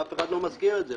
אף אחד לא מזכיר את זה.